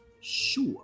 Sure